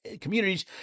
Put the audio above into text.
communities